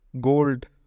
gold